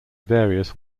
various